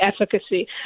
efficacy